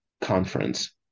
conference